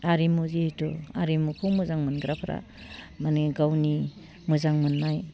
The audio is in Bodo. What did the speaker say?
आरिमु जिहेथु आरिमुखौ मोजां मोनग्राफ्रा माने गावनि मोजां मोननाय